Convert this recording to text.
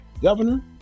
governor